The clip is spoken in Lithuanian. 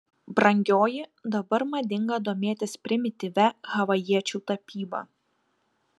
brangioji dabar madinga domėtis primityvia havajiečių tapyba